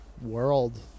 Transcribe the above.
world